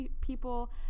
people